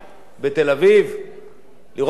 לראות את המראות של מר דגן,